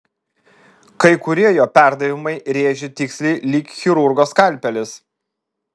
kai kurie jo perdavimai rėžė tiksliai lyg chirurgo skalpelis